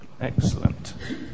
Excellent